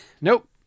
Nope